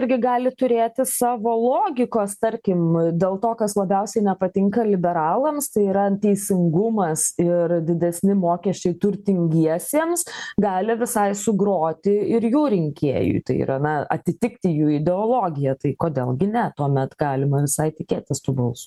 irgi gali turėti savo logikos tarkim dėl to kas labiausiai nepatinka liberalams tai yra teisingumas ir didesni mokesčiai turtingiesiems gali visai sugroti ir jų rinkėjui tai yra na atitikti jų ideologiją tai kodėl gi ne tuomet galima visai tikėtis tų balsų